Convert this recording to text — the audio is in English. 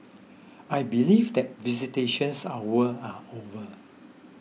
I believe that visitations hours are over